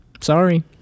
sorry